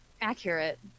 Accurate